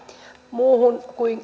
muuhun kuin